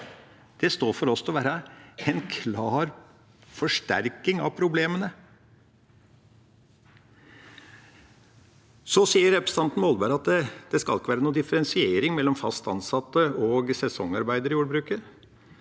står for oss som å være en klar forsterking av problemene. Så sier representanten Molberg at det ikke skal være noen differensiering mellom fast ansatte og sesongarbeidere i jordbruket.